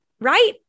Right